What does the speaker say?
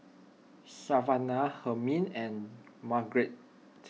Savanah Hermine and Margarite